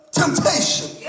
temptation